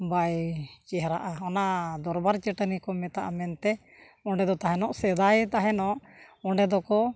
ᱵᱟᱭ ᱪᱮᱦᱨᱟᱜᱼᱟ ᱚᱱᱟ ᱫᱚᱨᱵᱟᱨ ᱪᱟᱹᱴᱟᱹᱱᱤ ᱠᱚ ᱢᱮᱛᱟᱜᱼᱟ ᱢᱮᱱᱛᱮ ᱚᱸᱰᱮ ᱫᱚ ᱛᱟᱦᱮᱱᱚᱜ ᱥᱮᱫᱟᱭ ᱛᱟᱦᱮᱱᱚᱜ ᱚᱸᱰᱮ ᱫᱚᱠᱚ